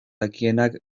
dakienak